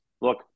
look